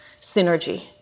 synergy